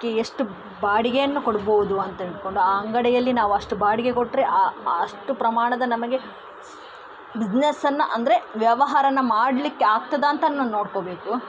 ಕಿ ಎಷ್ಟು ಬಾಡಿಗೆಯನ್ನು ಕೊಡ್ಬೋದು ಅಂತ ಹಿಡ್ಕೊಂಡು ಆ ಅಂಗಡಿಯಲ್ಲಿ ನಾವು ಅಷ್ಟು ಬಾಡಿಗೆ ಕೊಟ್ಟರೆ ಆ ಆ ಅಷ್ಟು ಪ್ರಮಾಣದ ನಮಗೆ ಬಿಸ್ನೆಸ್ ಅನ್ನು ಅಂದರೆ ವ್ಯವಹಾರನ ಮಾಡಲಿಕ್ಕೆ ಆಗ್ತದ ಅಂತ ಅನ್ನು ನೋಡಿಕೋಬೇಕು